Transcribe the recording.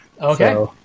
Okay